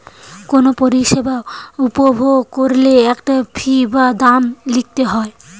কুনো পরিষেবা উপভোগ কোরলে একটা ফী বা দাম দিতে হই